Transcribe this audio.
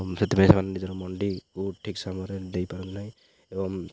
ସେଥିପାଇଁ ସେମାନେ ନିଜର ମଣ୍ଡିକୁ ଠିକ୍ ସମୟରେ ଦେଇପାରନ୍ତି ନାହିଁ ଏବଂ